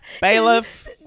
bailiff